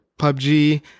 PUBG